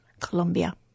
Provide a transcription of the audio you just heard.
Colombia